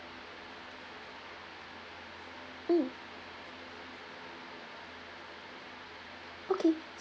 mm okay